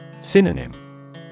Synonym